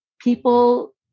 people